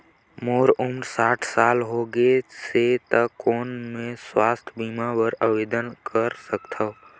मोर उम्र साठ साल हो गे से त कौन मैं स्वास्थ बीमा बर आवेदन कर सकथव?